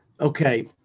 okay